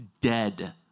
dead